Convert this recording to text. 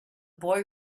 boy